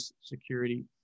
security